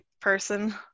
person